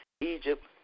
Egypt